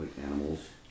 animals